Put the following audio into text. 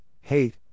hate